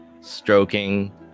stroking